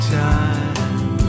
time